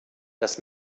das